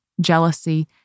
jealousy